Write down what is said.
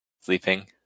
sleeping